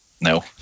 no